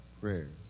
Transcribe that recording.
prayers